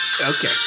Okay